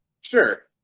sure